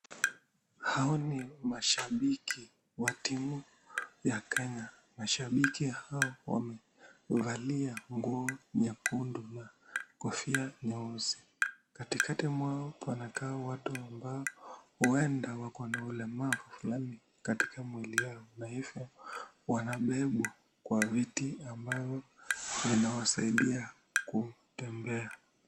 Hawa ni mashabiki wa timu ya Kenya. Mashabiki hawa wamevalia nguo nyekundu na kofia nyeusi. Katikati mwao panakaa watu ambao huenda wako na ulemavu fulani katika mwili yao na hivyo wanabebwa kwa viti ambavyo vinawasaidia kutembea.